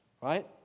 right